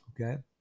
Okay